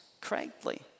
correctly